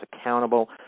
accountable